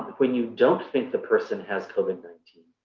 when you don't think the person has covid nineteen,